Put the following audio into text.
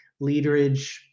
leaderage